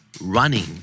running